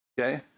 okay